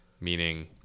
meaning